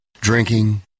Drinking